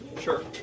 Sure